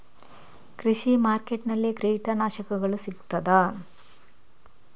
ಕೃಷಿಮಾರ್ಕೆಟ್ ನಲ್ಲಿ ಕೀಟನಾಶಕಗಳು ಸಿಗ್ತದಾ?